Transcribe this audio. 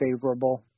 favorable